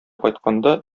кайтканда